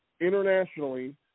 internationally